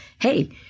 Hey